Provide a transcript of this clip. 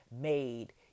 made